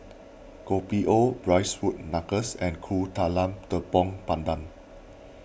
Kopi O Braised wood Knuckles and Kuih Talam Tepong Pandan